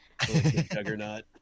juggernaut